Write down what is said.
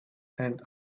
and